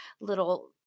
little